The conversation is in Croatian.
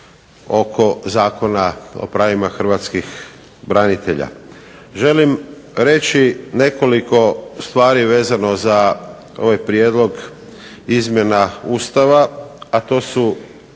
oko Zakona o pravima hrvatskih branitelja. Želim reći nekoliko stvari vezano za ovaj prijedlog izmjena Ustava, a to su